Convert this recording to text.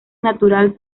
natural